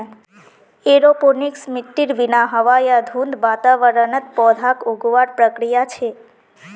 aeroponics मिट्टीर बिना हवा या धुंध वातावरणत पौधाक उगावार प्रक्रिया छे